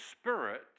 Spirit